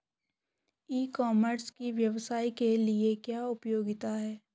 ई commerce की व्यवसाय के लिए क्या उपयोगिता है?